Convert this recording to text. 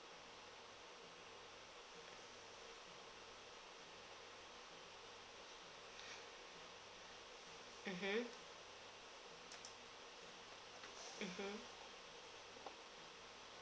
mmhmm mmhmm